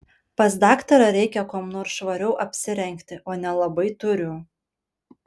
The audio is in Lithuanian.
pas daktarą reikia kuom nors švariau apsirengti o nelabai turiu